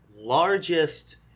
largest